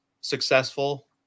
successful